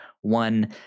one